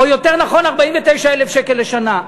או יותר נכון 49,000 שקלים לשנה.